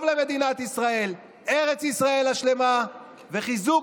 טובים למדינת ישראל ארץ ישראל השלמה וחיזוק